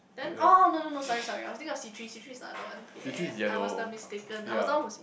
then oh no no no sorry sorry I was think of C three C three is another one yea yea I was the mistaken I was the one who